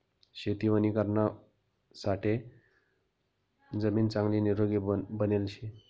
शेती वणीकरणासाठे जमीन चांगली निरोगी बनेल शे